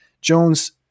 Jones